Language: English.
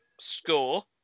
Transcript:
score